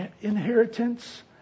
inheritance